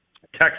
Texas